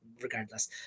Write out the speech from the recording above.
regardless